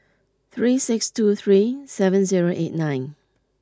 three six two three seven zero eight nine